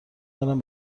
دارم